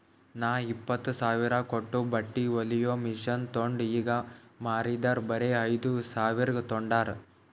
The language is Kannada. ನಾ ಇಪ್ಪತ್ತ್ ಸಾವಿರ ಕೊಟ್ಟು ಬಟ್ಟಿ ಹೊಲಿಯೋ ಮಷಿನ್ ತೊಂಡ್ ಈಗ ಮಾರಿದರ್ ಬರೆ ಐಯ್ದ ಸಾವಿರ್ಗ ತೊಂಡಾರ್